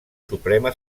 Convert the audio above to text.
suprema